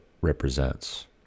represents